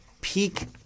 peak